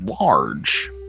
large